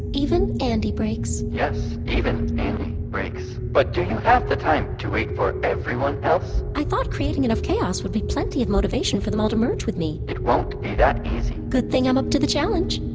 even andi breaks yes. even andi breaks. but do you have the time to wait for everyone else? i thought creating enough chaos would be plenty of motivation for them all to merge with me it won't be that easy good thing i'm up to the challenge